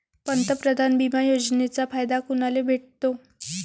पंतप्रधान बिमा योजनेचा फायदा कुनाले भेटतो?